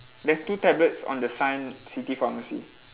there's two tablets on the sign city pharmacy